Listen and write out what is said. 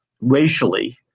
racially